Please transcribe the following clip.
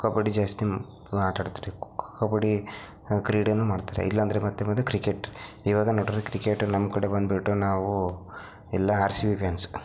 ಕಬಡ್ಡಿ ಜಾಸ್ತಿ ಆಟಾಡ್ತಾರೆ ಖೋಖೋ ಕಬಡ್ಡಿ ಕ್ರೀಡೇಯು ಮಾಡ್ತಾರೆ ಇಲ್ಲಾಂದರೆ ಮತ್ತೆ ಬಂದು ಕ್ರಿಕೆಟ್ ಇವಾಗ ನೋಡ್ರಿ ಕ್ರಿಕೆಟ್ ನಮ್ಮ ಕಡೆ ಬಂದುಬಿಟ್ಟು ನಾವು ಎಲ್ಲ ಆರ್ ಸಿ ಬಿ ಫ್ಯಾನ್ಸ್